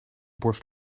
borst